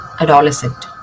adolescent